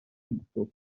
ritto